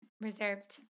reserved